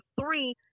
three